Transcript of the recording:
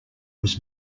was